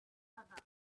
other